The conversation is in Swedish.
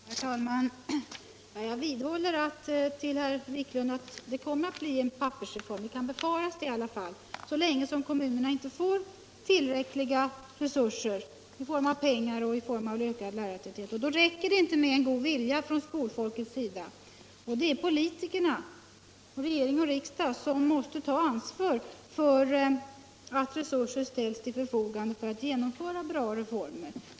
Herr talman! Jag vidhåller, herr Wiklund, att detta kommer att bli en pappersreform — det kan befaras i alla fall — så länge som kommunerna inte får tillräckliga resurser i form av pengar och ökad lärartäthet. Då räcker det inte med god vilja från skolfolkets sida. Det är politikerna — regering och riksdag — som måste ta ansvar för att resurser ställs till förfogande för att genomföra bra reformer.